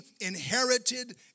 inherited